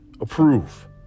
approve